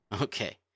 Okay